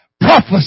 prophesy